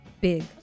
big